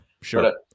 sure